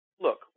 look